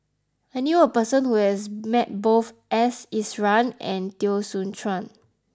I knew a person who has met both S Iswaran and Teo Soon Chuan